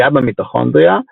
פגיעה במיטוכונדריה,